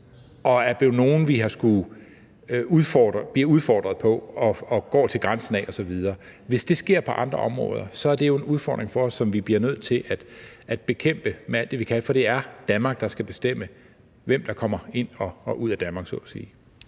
blevet nogle, vi bliver udfordret på og går til grænsen af osv. Hvis det sker på andre områder, er det jo en udfordring for os, som vi bliver nødt til at bekæmpe med alt det, vi kan, for det er Danmark, der skal bestemme, hvem der kommer ind og ud af Danmark, så at sige.